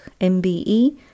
MBE